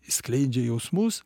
jis skleidžia jausmus